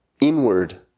inward